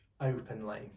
openly